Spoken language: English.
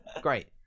great